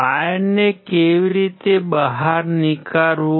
વાયરને કેવી રીતે બહાર નીકાળવું